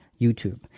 YouTube